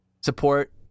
support